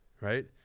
Right